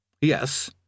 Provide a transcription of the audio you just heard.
Yes